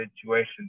situation